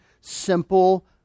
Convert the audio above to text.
simple